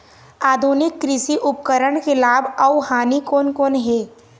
आधुनिक कृषि उपकरण के लाभ अऊ हानि कोन कोन हे?